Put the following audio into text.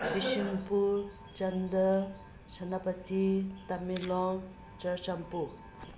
Bishnupur Chandel Senapati Tamenglong Churachandpur